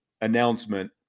announcement